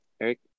Eric